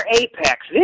apex